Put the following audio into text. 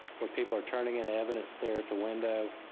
where people are turning in evidence there at the window.